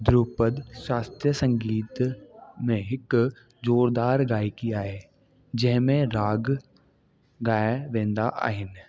ध्रुपद शास्त्रीअ संगीत में हिकु जोरदार गाइकी आहे जें में राग गाया वेंदा आहिनि